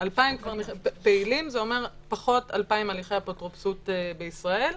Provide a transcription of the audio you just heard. פעילים זה אומר פחות 2,000 הליכי אפוטרופסות בישראל.